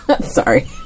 Sorry